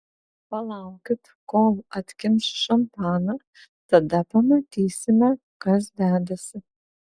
palaukit kol atkimš šampaną tada pamatysime kas dedasi